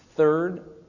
Third